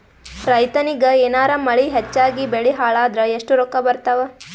ರೈತನಿಗ ಏನಾರ ಮಳಿ ಹೆಚ್ಚಾಗಿಬೆಳಿ ಹಾಳಾದರ ಎಷ್ಟುರೊಕ್ಕಾ ಬರತ್ತಾವ?